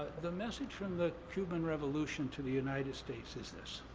the message from the cuban revolution to the united states is this,